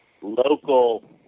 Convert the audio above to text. local